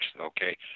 okay